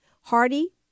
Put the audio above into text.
Hardy